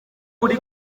uri